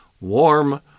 warm